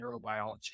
neurobiology